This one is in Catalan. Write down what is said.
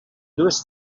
dues